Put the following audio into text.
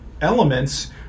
elements